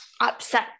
upset